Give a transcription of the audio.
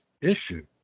issue